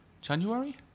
January